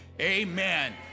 Amen